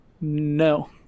No